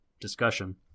discussion